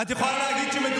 זה לפי דובר